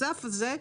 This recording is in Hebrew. התוסף הזה,